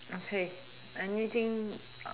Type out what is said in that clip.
okay anything